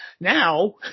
now